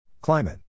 Climate